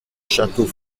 château